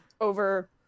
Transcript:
over